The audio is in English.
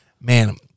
man